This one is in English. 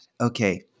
okay